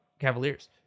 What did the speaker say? Cavaliers